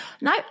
no